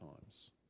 times